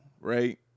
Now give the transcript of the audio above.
right